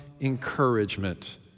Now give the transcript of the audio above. Encouragement